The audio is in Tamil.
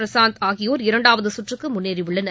பிரசாந்த் ஆகியோர் இரண்டாவது சுற்றுக்கு முன்னேறியுள்ளனர்